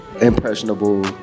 impressionable